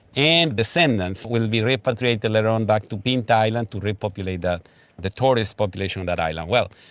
and descendants would be repatriated later on back to pinta island to repopulate the the tortoise population on that island. well,